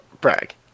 brag